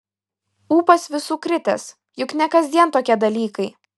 ūpas visų kritęs juk ne kasdien tokie dalykai